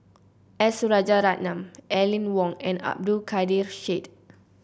S Rajaratnam Aline Wong and Abdul Kadir Syed